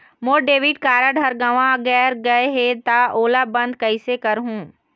मोर debit card हर गंवा गैर गए हे त ओला बंद कइसे करहूं?